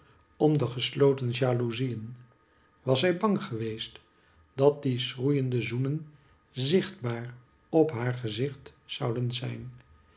om de gesloten jalouzieen was zij bang geweest dat die schroeiende zoenen zichtbaar op haar gezicht zouden zijn